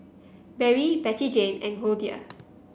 Barry Bettyjane and Goldia